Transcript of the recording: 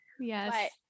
Yes